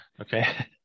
Okay